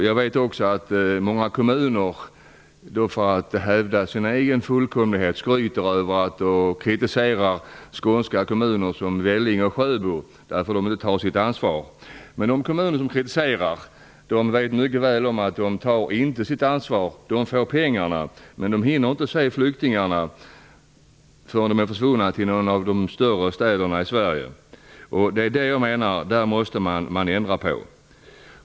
Jag vet också att många kommuner, för att hävda sin egen fullkomlighet, kritiserar skånska kommuner som Vellinge och Sjöbo för att inte ta sitt ansvar. Men de kommuner som kritiserar vet mycket väl att de själva inte tar sitt ansvar. De får pengarna men hinner inte se flyktingarna innan de har försvunnit till någon av de större städerna i Sverige. Detta måste man ändra på.